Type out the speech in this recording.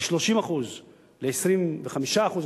מ-30% ל-25% עכשיו,